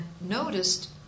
noticed